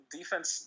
defense